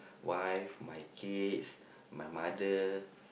wife my kids my mother